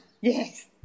Yes